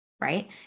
right